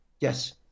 Yes